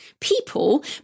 people